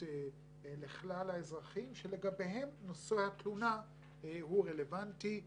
לכלל האזרחים שלגביהם נושא התלונה הוא רלוונטי.